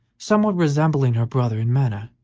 somewhat resembling her brother in manner,